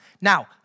Now